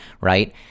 right